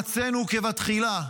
ויועצינו כבתחילה",